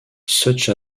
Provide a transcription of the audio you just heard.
such